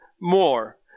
more